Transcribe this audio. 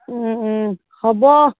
হ'ব